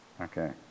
Okay